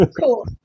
cool